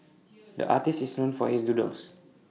the artist is known for his doodles